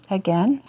again